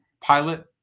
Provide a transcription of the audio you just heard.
pilot